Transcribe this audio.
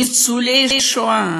ניצולי שואה,